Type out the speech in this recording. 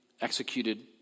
executed